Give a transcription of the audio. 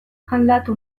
aldatu